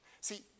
See